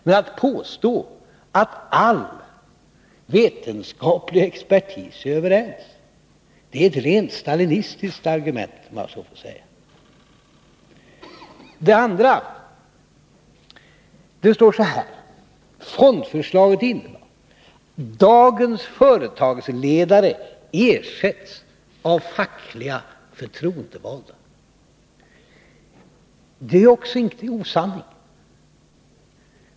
Men att påstå att all vetenskaplig expertis är överens, det är att ta till ett rent stalinistiskt argument, om jag så får säga. För det andra uttrycker sig herr Bohman så här: Fondförslaget innebär att dagens företagsledare ersätts av fackliga förtroendevalda. — Det är också osanning.